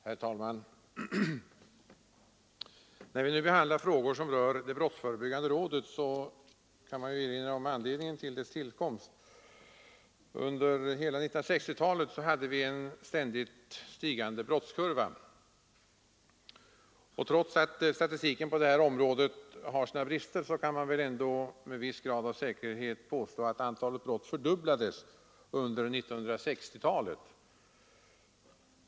Herr talman! När vi nu behandlar frågor som rör det brottsförebyggande rådet vill jag erinra om anledning till dess tillkomst. Under hela 1960-talet hade vi en ständigt stigande brottskurva. Trots att statistiken på det här området har sina brister kan man väl ändå med viss grad av säkerhet påstå, att antalet brott fördubblades under 1960-talet.